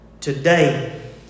Today